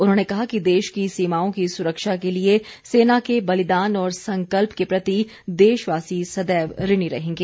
उन्होंने कहा कि देश की सीमाओं की सुरक्षा के लिए सेना के बलिदान और संकल्प के प्रति देशवासी सदैव ऋणी रहेंगे